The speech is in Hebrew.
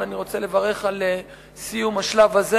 אבל אני רוצה לברך על סיום השלב הזה.